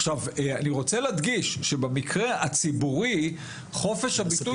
עכשיו אני רוצה להדגיש שבמקרה הציבורי חופש הביטוי